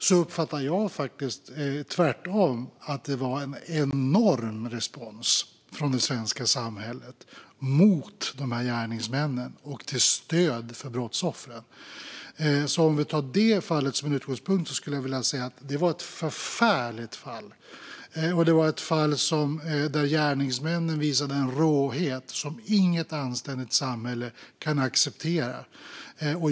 Jag uppfattade dock att det kom en enorm respons från det svenska samhället mot dessa gärningsmän och till stöd för brottsoffret. Om vi tar detta fall som utgångspunkt skulle jag vilja säga att det var ett förfärligt fall. Det var ett fall där gärningsmännen visade en råhet som inget anständigt samhälle kan acceptera.